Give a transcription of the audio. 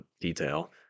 detail